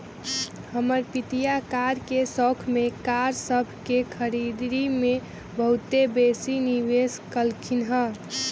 हमर पितिया कार के शौख में कार सभ के खरीदारी में बहुते बेशी निवेश कलखिंन्ह